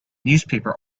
newspaper